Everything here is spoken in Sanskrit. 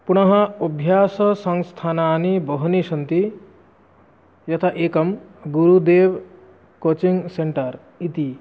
पुनः अभ्याससंस्थानानि बहूनि सन्ति यथा एकं गुरुदेव् एकं कोचिङ्ग् सेण्टर् इति